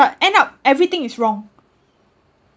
but end up everything is wrong